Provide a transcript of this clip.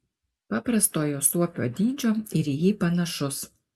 paprastojo suopio dydžio ir į jį panašus